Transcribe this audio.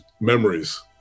memories